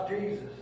Jesus